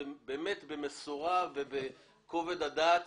באמת במשורה ובכובד הדעת,